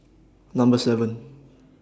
Number seven